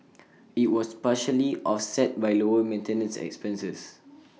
IT was partially offset by lower maintenance expenses